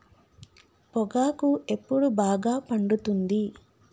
పొగాకు ఎప్పుడు బాగా పండుతుంది?